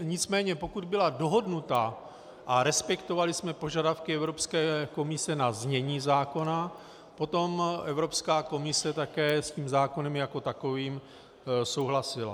Nicméně pokud byla dohodnuta a respektovali jsme požadavky Evropské komise na znění zákona, potom Evropská komise také s tím zákonem jako takovým souhlasila.